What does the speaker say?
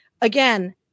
again